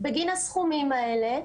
בגין הסכומים האלה.